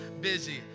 busy